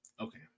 Okay